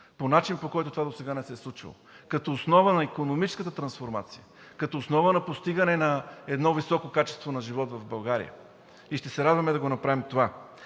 по начин, по който това досега не се е случвало, като основа на икономическата трансформация, като основа за постигането на едно високо качество на живот в България и ще се радваме да го направим.